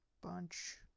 bunch